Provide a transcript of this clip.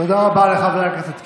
תודה רבה לחבר הכנסת קיש.